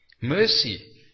Mercy